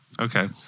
Okay